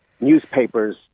newspapers